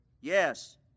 Yes